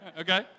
Okay